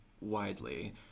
widely